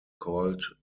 called